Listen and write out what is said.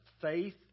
Faith